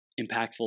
impactful